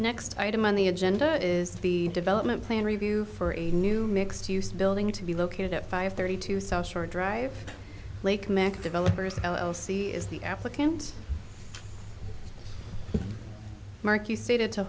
next item on the agenda is the development plan review for a new mixed use building to be located at five thirty two south shore drive lake mack developers l l c is the applicant mark you stated to